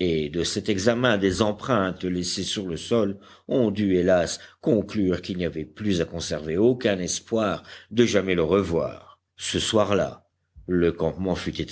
et de cet examen des empreintes laissées sur le sol on dut hélas conclure qu'il n'y avait plus à conserver aucun espoir de jamais le revoir ce soir-là le campement fut